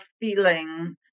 feeling